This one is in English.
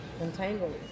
entangled